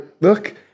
look